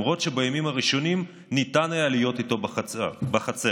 למרות שבימים הראשונים ניתן היה להיות איתו בחצר,